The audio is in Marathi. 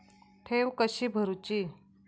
ठेवी कशी भरूची?